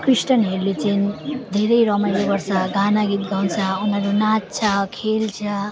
क्रिस्चियनहरूले चाहिँ धेरै रमाइलो गर्छ गाना गीत गाउँछ उनीहरू नाच्छ खेल्छ